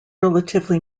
relatively